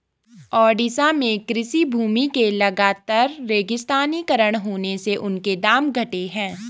ओडिशा में कृषि भूमि के लगातर रेगिस्तानीकरण होने से उनके दाम घटे हैं